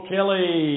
Kelly